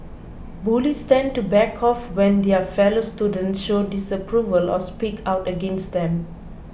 bullies tend to back off when their fellow students show disapproval or speak out against them